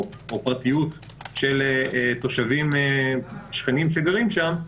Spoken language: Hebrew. או פרטיות של תושבים שכנים שגרים שם,